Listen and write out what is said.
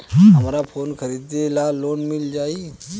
हमरा फोन खरीदे ला लोन मिल जायी?